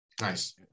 Nice